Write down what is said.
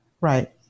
Right